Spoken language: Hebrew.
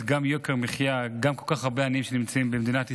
גם יוקר מחיה וגם כל כך הרבה עניים שנמצאים במדינת ישראל,